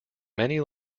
many